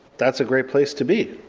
that's a great place to be,